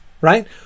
right